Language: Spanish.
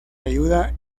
ayuda